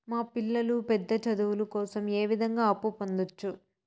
మా పిల్లలు పెద్ద చదువులు కోసం ఏ విధంగా అప్పు పొందొచ్చు?